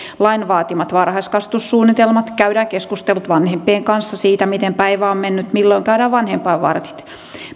lain vaatimat varhaiskasvatussuunnitelmat käydään keskustelut vanhempien kanssa siitä miten päivä on mennyt milloin käydään vanhempainvartit